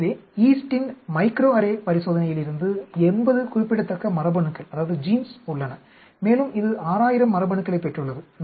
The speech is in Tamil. எனவே ஈஸ்ட்டின் மைக்ரோஅரே பரிசோதனையிலிருந்து 80 குறிப்பிடத்தக்க மரபணுக்கள் உள்ளன மேலும் இது 6000 மரபணுக்களைப் பெற்றுள்ளது